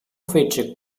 fece